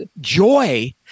joy